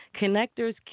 Connectors